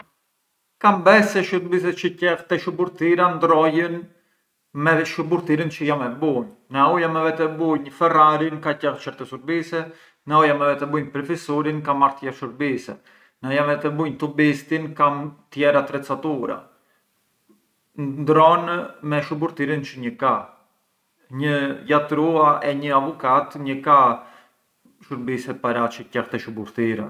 Kam bes se shurbiset çë qell te shuburtira ndërrojën me shuburtirën çë jam e bunj, na u jam e vete bunj ferrarin ka qell certi shurbise, na u vete bunj prufisurin ka marr tjerë shurbise, na vete bunj tubistin kam tjerë attrezzatura, ndërron me shuburtirën çë një ka, një jatrua e një avukat një ka shurbiset paraç çë qell te shuburtira.